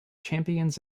champions